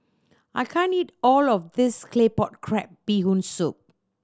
I can't eat all of this Claypot Crab Bee Hoon Soup